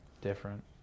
Different